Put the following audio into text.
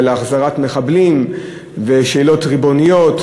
על החזרת מחבלים ועל שאלות ריבוניות.